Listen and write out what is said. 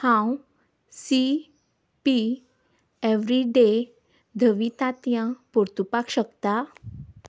हांव C P every day धवी तांतयां परतुपाक शकता